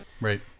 right